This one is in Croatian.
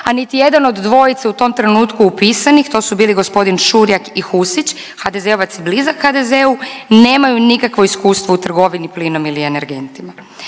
a niti jedan od dvojice u tom trenutku upisanih to su bili gospodin Šurjak i Husić HDZ-ovac i blizak HDZ-u nemaju nikakvo iskustvo u trgovini plinom ili energentima.